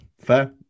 Fair